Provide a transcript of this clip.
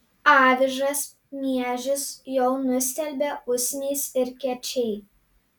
avižas miežius jau nustelbė usnys ir kiečiai